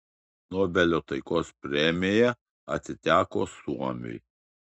nobelio taikos premija atiteko suomiui